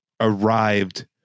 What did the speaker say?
arrived